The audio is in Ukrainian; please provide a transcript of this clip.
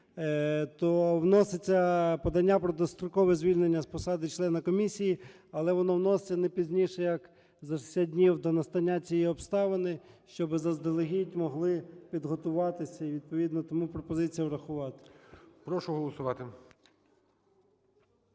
то вноситься подання про дострокове звільнення з посади члена комісії. Але воно вноситься не пізніше як за 60 днів до настання цієї обставини, щоби заздалегідь могли підготуватися. І відповідно тому пропозиція врахувати. ГОЛОВУЮЧИЙ. Прошу голосувати.